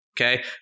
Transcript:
Okay